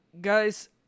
Guys